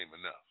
enough